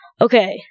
okay